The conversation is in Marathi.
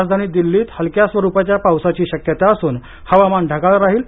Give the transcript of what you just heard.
राजधानी दिल्लीत हलक्या स्वरुपाच्या पावसाची शक्यता असून हवामान ढगाळ राहील